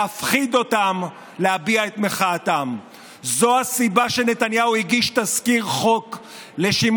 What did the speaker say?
יחדלו לכהן ארבע הוועדות המיוחדות שהוקמו